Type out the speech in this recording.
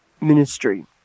ministry